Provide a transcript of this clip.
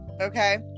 okay